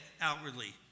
outwardly